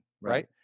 Right